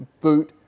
Boot